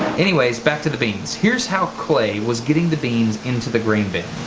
anyways, back to the beans. here's how clay was getting the beans into the grain bin.